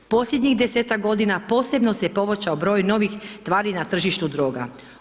Posljednjih 10-ak godina posebno se povećao broj novih tvari na tržištu droga.